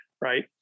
right